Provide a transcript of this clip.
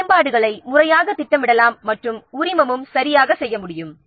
மேம்பாடுகளை முறையாக திட்டமிடலாம் மற்றும் உரிமமும் சரியாக செய்ய முடியும்